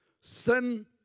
Sin